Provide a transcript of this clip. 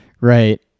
Right